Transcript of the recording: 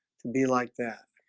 to be like that.